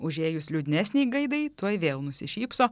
užėjus liūdnesnei gaidai tuoj vėl nusišypso